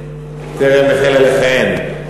טרם החלה לכהן.